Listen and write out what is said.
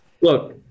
Look